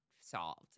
solved